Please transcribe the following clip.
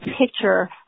picture